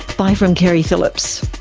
bye from keri phillips